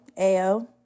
AO